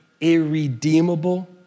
irredeemable